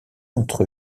entre